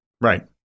Right